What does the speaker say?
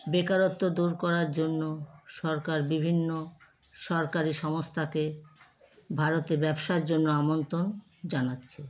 বেকারত্ব দূর করার জন্য সরকার বিভিন্ন সরকারি সংস্থাকে ভারতে ব্যবসার জন্য আমন্ত্রণ জানাচ্ছে